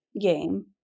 game